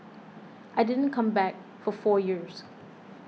I didn't come back for four years